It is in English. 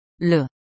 Le